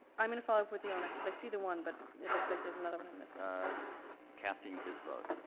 i'm gonna follow up with you on it cause i see the one but it looks like there's another one i'm missing ah casting his vote